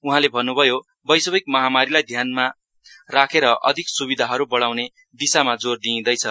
उहाँले भन्नुभयो वैश्विक महामारीलाई मध्यनजर गर्दै अधिक स्विधाहरू बढ़ाउने दिशामा जोर दिइरहेछ